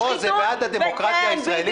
פה זה בעד הדמוקרטיה הישראלית?